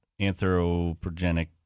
anthropogenic